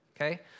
okay